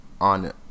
on